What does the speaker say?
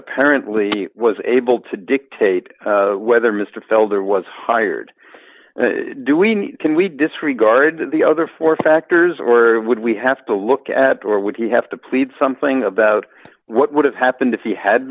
apparently was able to dictate whether mr felder was hired do we can we disregard the other four factors were would we have to look at or would he have to plead something about what would have happened if he had